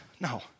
no